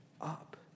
up